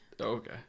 Okay